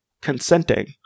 consenting